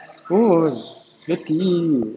don't dirty